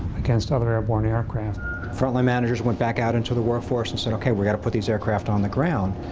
against other airborne aircraft. our front line managers went back out into the workforce, and said, okay, we gotta put these aircraft on the ground.